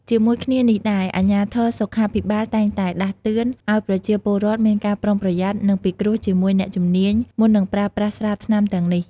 ជាមួយគ្នានេះដែរ អាជ្ញាធរសុខាភិបាលតែងតែដាស់តឿនឲ្យប្រជាពលរដ្ឋមានការប្រុងប្រយ័ត្ន និងពិគ្រោះជាមួយអ្នកជំនាញ មុននឹងប្រើប្រាស់ស្រាថ្នាំទាំងនេះ។